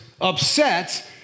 upset